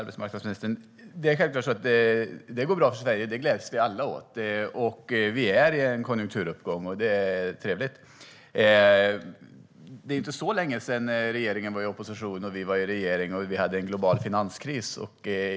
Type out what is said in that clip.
Herr talman! Det går bra för Sverige, och det gläds vi alla åt. Vi är i en konjunkturuppgång, och det är trevligt. Det är inte så länge sedan den nuvarande regeringen var i opposition, vi var i regeringsställning och det rådde en global finanskris.